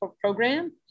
program